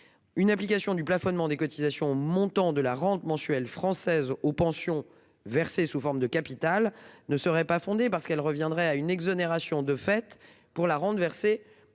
Une application du plafonnement des cotisations. Montant de la rente mensuelle française aux pensions versées sous forme de capital ne serait pas fondées parce qu'elle reviendrait à une exonération de fait pour la rente versée